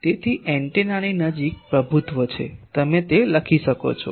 તેથી એન્ટેનાની નજીક પ્રભુત્વ છે તમે તે લખી શકો છો